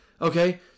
Okay